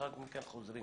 ולאחר מכן חוזרים